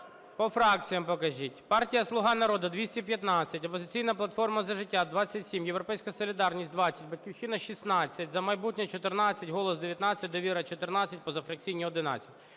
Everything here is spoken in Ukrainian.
По фракціям покажіть. Партія "Слуга народу" – 215, "Опозиційна платформа – За життя" – 27, "Європейська солідарність" – 20, "Батьківщина" – 16, "За майбутнє" – 14, "Голос" – 19, "Довіра" – 14, позафракційні – 11.